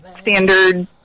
standard